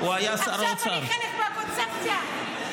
עכשיו אני חלק מהקונספציה?